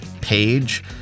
page